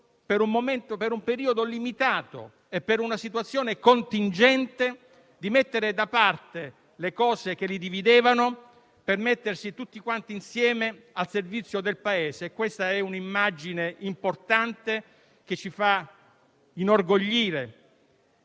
per un periodo limitato e per una situazione contingente, di mettere da parte ciò che le divideva per porsi tutte insieme al servizio del Paese. Questa è un'immagine importante, che ci inorgoglisce,